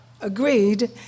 agreed